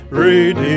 redeemed